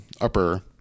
upper